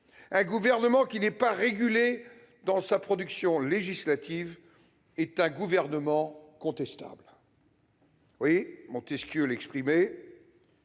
un gouvernement qui n'est pas régulé dans sa production législative est un gouvernement contestable. Montesquieu l'exprimait